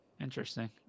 interesting